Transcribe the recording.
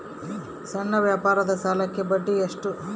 ಸಣ್ಣ ವ್ಯಾಪಾರದ ಸಾಲಕ್ಕೆ ಬಡ್ಡಿ ಎಷ್ಟು?